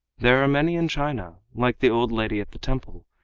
there are many in china like the old lady at the temple,